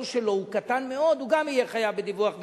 של מישהו הוא קטן מאוד הוא גם יהיה חייב בדיווח מקוון.